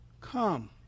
Come